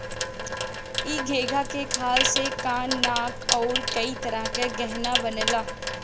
इ घोंघा के खाल से कान नाक आउर कई तरह के गहना बनला